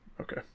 okay